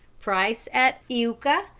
price at iuka,